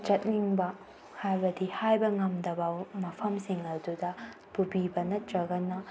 ꯆꯠꯅꯤꯡꯕ ꯍꯥꯏꯕꯗꯤ ꯍꯥꯏꯕ ꯉꯝꯗꯕ ꯃꯐꯝꯁꯤꯡ ꯑꯗꯨꯗ ꯄꯨꯕꯤꯕ ꯅꯠꯇ꯭ꯔꯒꯅ